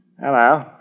Hello